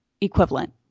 equivalent